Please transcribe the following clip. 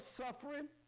suffering